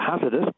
hazardous